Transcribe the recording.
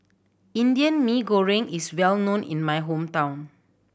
Indian Mee Goreng is well known in my hometown